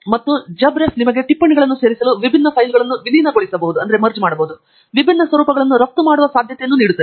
ಮತ್ತು JabRef ನಿಮಗೆ ಟಿಪ್ಪಣಿಗಳನ್ನು ಸೇರಿಸಲು ವಿಭಿನ್ನ ಫೈಲ್ಗಳನ್ನು ವಿಲೀನಗೊಳಿಸಬಹುದು ಮತ್ತು ವಿಭಿನ್ನ ಸ್ವರೂಪಗಳನ್ನು ರಫ್ತು ಮಾಡುವ ಸಾಧ್ಯತೆಯನ್ನು ನೀಡುತ್ತದೆ